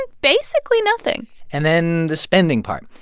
and basically nothing and then, the spending part.